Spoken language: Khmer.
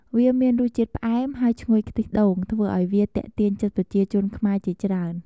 វាមានរសជាតិផ្អែម ហើយឈ្ងុយខ្ទិះដូង ធ្វើឱ្យវាទាក់ទាញចិត្តប្រជាជនខ្មែរជាច្រើន។